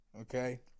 Okay